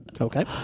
Okay